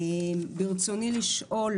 ברצוני לשאול: